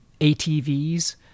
ATVs